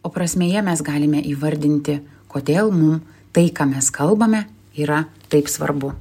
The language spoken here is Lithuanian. o prasmėje mes galime įvardinti kodėl mum tai ką mes kalbame yra taip svarbu